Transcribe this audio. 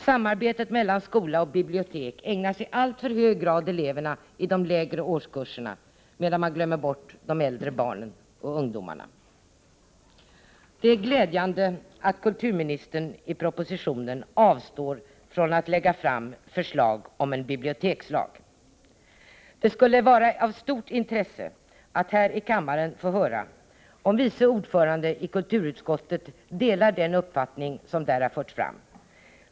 Samarbetet mellan skola och bibliotek ägnas i alltför hög grad eleverna i de lägre årskurserna, medan man glömmer bort de äldre barnen och ungdomarna. Det är glädjande att kulturministern i propositionen avstår från att lägga fram förslag om en bibliotekslag. Det skulle vara av stort intresse att här i kammaren få höra om vice ordföranden i kulturutskottet delar den uppfattning som där har förts fram.